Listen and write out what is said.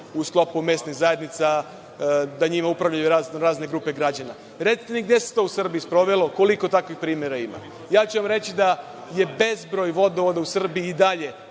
u sklopu mesnih zajednica, da njima upravljaju raznorazne grupe građana. Recite mi gde se to u Srbiji sprovelo? Koliko takvih primera ima? Reći ću vam da je bezbroj vodovoda u Srbiji i dalje